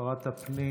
שרת הפנים,